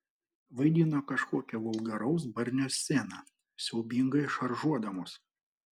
vaidino kažkokią vulgaraus barnio sceną siaubingai šaržuodamos